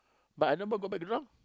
but I never go back drunk